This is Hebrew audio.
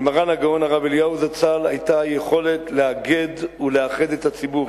למרן הגאון הרב אליהו זצ"ל היתה היכולת לאגד ולאחד את הציבור,